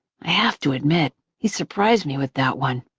i have to admit he surprised me with that one.